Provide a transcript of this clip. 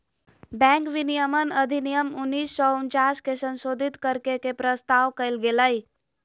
bank विनियमन अधिनियम उन्नीस सौ उनचास के संशोधित कर के के प्रस्ताव कइल गेलय